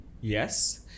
Yes